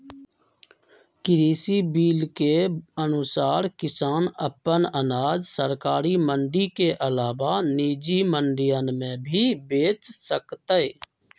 कृषि बिल के अनुसार किसान अपन अनाज सरकारी मंडी के अलावा निजी मंडियन में भी बेच सकतय